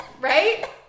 Right